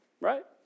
Right